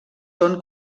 són